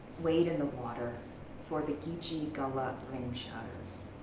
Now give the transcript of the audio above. wade in the water for the geechee-gullah ring shouters.